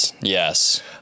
Yes